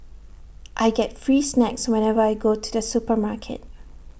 I get free snacks whenever I go to the supermarket